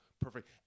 perfect